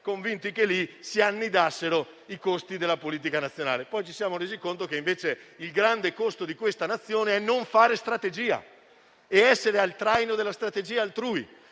convinti che lì si annidassero i costi della politica nazionale; poi ci siamo resi conto, invece, che il grande costo di questa Nazione è il non fare strategia e l'essere al traino della strategia altrui,